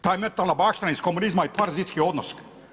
Ta je mentalna baština iz komunizma i parazitski odnos.